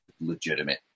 legitimate